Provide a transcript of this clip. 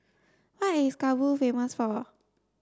what is Kabul famous for